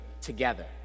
together